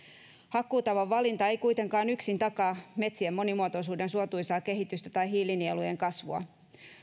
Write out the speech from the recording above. hakkuutavan valinta ei kuitenkaan yksin takaa metsien monimuotoisuuden suotuisaa kehitystä tai hiilinielujen kasvua